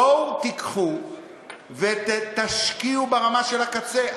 בואו תיקחו ותשקיעו ברמה של הקצה.